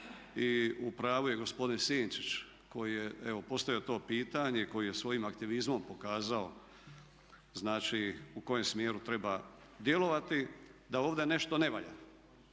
I u pravu je gospodin Sinčić koji je evo postavio pitanje i koji je svojim aktivizmom pokazao znači u kojem smjeru treba djelovati da ovdje nešto ne valja.